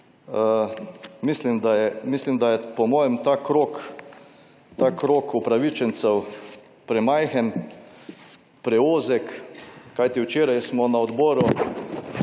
Mislim, da je po mojem ta krog upravičencev premajhen, preozek, kajti včeraj smo na Odboru